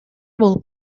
болуп